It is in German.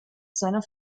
seiner